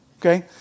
Okay